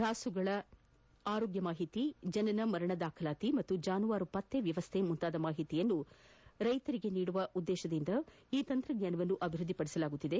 ರಾಸುಗಳ ಆರೋಗ್ಯ ಮಾಹಿತಿ ಜನನ ಮರಣ ದಾಖಲಾತಿ ಹಾಗೂ ಜಾನುವಾರು ಪತ್ತೆ ವ್ಯವಸ್ಠೆ ಮುಂತಾದ ಮಾಹಿತಿಯನ್ನು ರೈತರಿಗೆ ನೀಡುವ ಉದ್ದೇಶದಿಂದ ಈ ತಂತ್ರಜ್ಞಾನವನ್ನು ಅಭಿವೃದ್ದಿಪಡಿಸಲಾಗುತ್ತಿದೆ